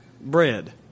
bread